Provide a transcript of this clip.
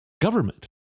government